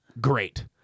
great